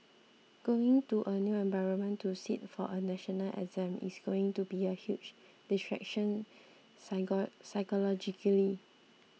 going to a new environment to sit for a national exam is going to be a huge distraction psycho psychologically